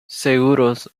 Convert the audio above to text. seguros